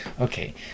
Okay